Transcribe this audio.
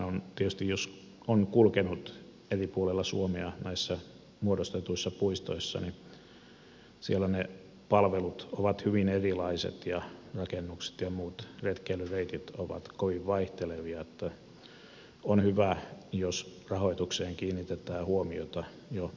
ja tietysti jos on kulkenut eri puolilla suomea näissä muodostetuissa puistoissa siellä ne palvelut ovat hyvin erilaiset ja rakennukset ja muut retkeilyreitit ovat kovin vaihtelevia niin että on hyvä jos rahoitukseen kiinnitetään huomiota jo perustamisvaiheessa